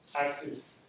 axis